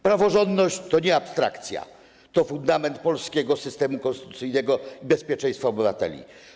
Praworządność to nie abstrakcja, to fundament polskiego systemu konstytucyjnego i bezpieczeństwa obywateli.